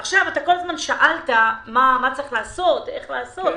אתה כל הזמן שאלת מה צריך לעשות ואיך לעשות.